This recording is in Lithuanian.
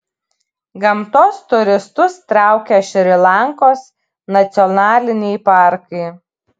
gamtos turistus traukia šri lankos nacionaliniai parkai